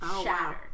shattered